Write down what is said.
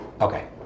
Okay